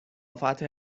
فتح